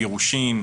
גירושים,